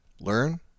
learn